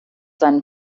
seinem